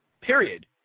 period